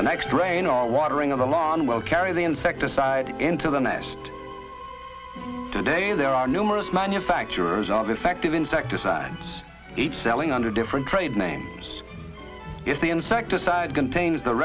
next drain our watering of the lawn will carry the insecticide into the nest today there are numerous manufacturers are defective insecticides each selling under different trade names if the insecticide contains the